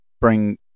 bring